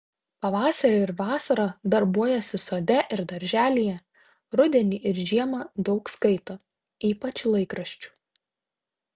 pavasarį ir vasarą darbuojasi sode ir darželyje rudenį ir žiemą daug skaito ypač laikraščių